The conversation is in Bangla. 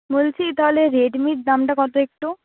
বলছি তাহলে রেডমির দামটা কত একটু